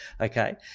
okay